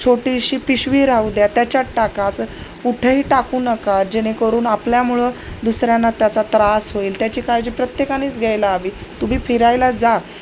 छोटीशी पिशवी राहूद्या त्याच्यात टाका असं कुठेही टाकू नका जेणेकरून आपल्यामुळं दुसऱ्यांना त्याचा त्रास होईल त्याची काळजी प्रत्येकानीच घ्यायला हवी तुम्ही फिरायला जा